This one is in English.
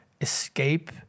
escape